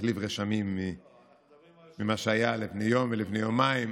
נחליף רשמים ממה שהיה לפני יום ולפני יומיים,